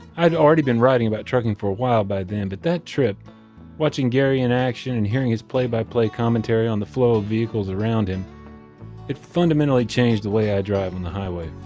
i'd already been writing about trucking for a while by then, but that trip watching gary in action and hearing his play by play commentary on the flow of vehicles around him it fundamentally changed the way i drive on the highway.